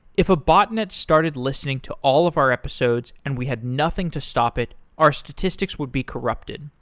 if a botnet started listening to all of our episodes and we had nothing to stop it, our statistics would be corrupted.